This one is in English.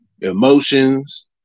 emotions